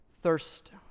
thirst